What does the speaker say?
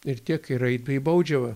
ir tiek ir eit į baudžiavą